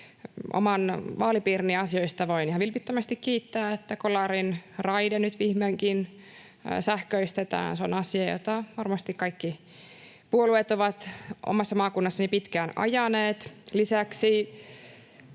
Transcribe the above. Oman vaalipiirini asioista voin ihan vilpittömästi kiittää, että Kolarin raide nyt viimeinkin sähköistetään. Se on asia, jota varmasti kaikki puolueet ovat omassa maakunnassani pitkään ajaneet.